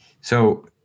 So-